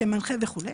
כמנחה וכו'.